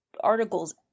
articles